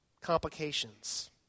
complications